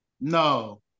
no